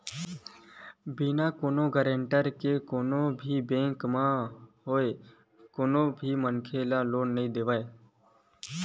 बिना कोनो गारेंटर के कोनो भी बेंक होवय कोनो मनखे ल लोन नइ देवय